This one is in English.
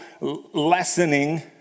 lessening